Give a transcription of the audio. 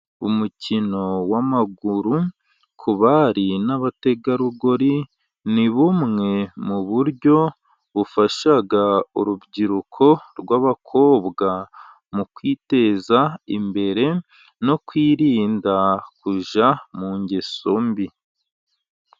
Umukino w'amaguru ku bari n'abategarugori, ni bumwe mu buryo bufasha urubyiruko rw'abakobwa mu kwiteza imbere, no kwirinda kujya mu ngeso mbi.